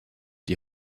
die